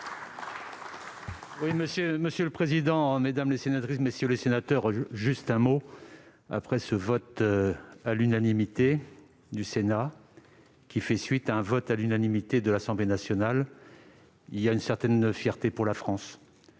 Monsieur le président, mesdames les sénatrices, messieurs les sénateurs, juste un mot après ce vote à l'unanimité du Sénat, qui fait suite à un même vote unanime de l'Assemblée nationale. J'en conçois une certaine fierté pour la France